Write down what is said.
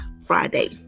friday